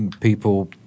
people –